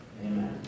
Amen